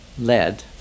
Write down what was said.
lead